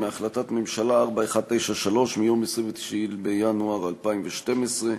מהחלטת ממשלה 4193 מ-29 בינואר 2012,